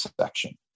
section